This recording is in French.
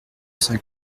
saint